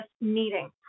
meeting